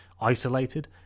isolated